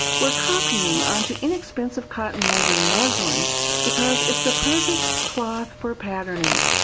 we're copying onto inexpensive cotton woven muslin because it's the perfect cloth for patterning.